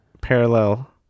parallel